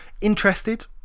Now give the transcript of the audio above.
interested